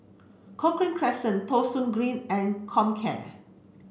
Cochrane Crescent Thong Soon Green and Comcare